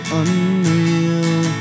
unreal